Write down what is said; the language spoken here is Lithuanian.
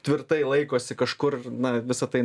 tvirtai laikosi kažkur na visa tai